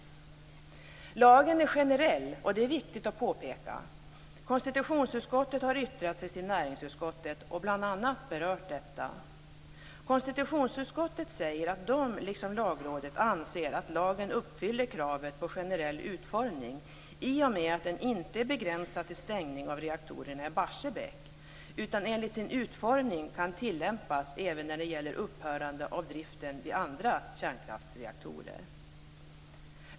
Lagen är generell, vilket det är viktigt att påpeka. Konstitutionsutskottet har yttrat sig till näringsutskottet och bl.a. berört detta. Konstitutionsutskottet säger att utskottet liksom Lagrådet anser att lagen uppfyller kravet på generell utformning i och med att den inte är begränsad till stängning av reaktorerna i Barsebäck utan enligt sin utformning kan tillämpas även när det gäller upphörande av driften vid andra kärnkraftsreaktorer.